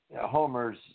Homer's